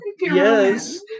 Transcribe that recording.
Yes